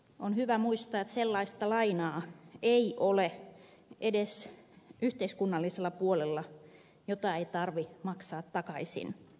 on hyvä muistaa että edes yhteiskunnallisella puolella ei ole sellaista lainaa jota ei tarvitse maksaa takaisin